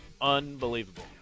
Unbelievable